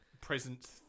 present